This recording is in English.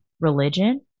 religion